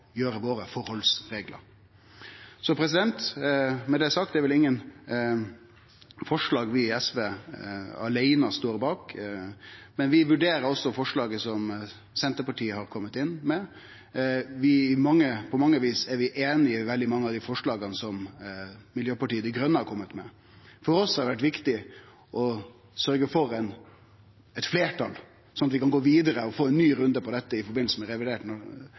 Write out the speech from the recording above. i SV står bak aleine, men vi vurderer altså forslaget som Senterpartiet har kome med. På mange vis er vi einige i veldig mange av dei forslaga som Miljøpartiet Dei Grøne har kome med. For oss har det vore viktig å sørgje for eit fleirtal, slik at vi kan gå vidare og få ein ny runde på dette i samband med revidert